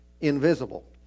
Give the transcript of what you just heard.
invisible